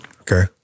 Okay